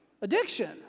addiction